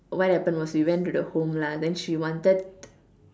what happened was we went to the home lah then she wanted